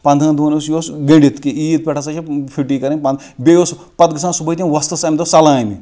پَنٛدہن دۄہن اوس یہِ اوس گٔنٛڈِتھ کہِ عیٖد پٮ۪ٹھ ہسا چھِ چھُٹی کَرٕنۍ پنٛد بیٚیہِ اوس پتہٕ ٲسۍ صبحٲے گَژھان تِم وۄستَس تمہِ دۄہ سَلامہِ